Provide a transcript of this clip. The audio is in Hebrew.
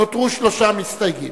נותרו שלושה מסתייגים.